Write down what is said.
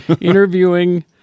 interviewing